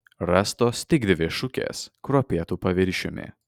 rastos tik dvi šukės kruopėtu paviršiumi